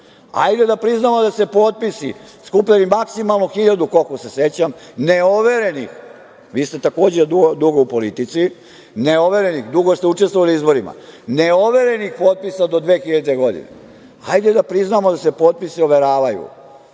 da priznamo da se potpisi skupljeni maksimalno 1.000, koliko se sećam, ne overenih, vi ste takođe dugo u politici, dugo ste učestvovali u izborima, ne overenih potpisa do 2000. godine. Hajde da priznamo da se potpisi overavaju